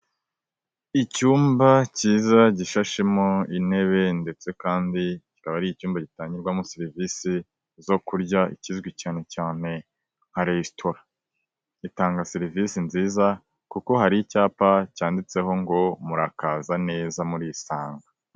Icyumba cyiza gishashemo intebe ndetse kandi kikaba ari icyumba gitangirwamo serivisi zo kurya, ikizwi cyane cyane nka resitora, itanga serivisi nziza kuko hari icyapa cyanditseho ngo murakaza neza muriyisanga.